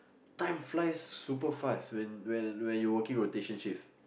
time flies super fast when when when you working rotation shift